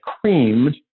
creamed